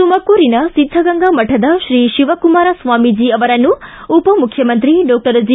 ತುಮಕೂರಿನ ಸಿದ್ಧಗಂಗಾ ಮಠದ ಶ್ರೀ ಶಿವಕುಮಾರ ಸ್ವಾಮೀಜಿ ಅವರನ್ನು ಉಪಮುಖ್ಯಮಂತ್ರಿ ಡಾಕ್ಟರ್ ಜಿ